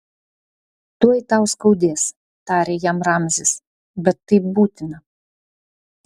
tuoj tau skaudės tarė jam ramzis bet tai būtina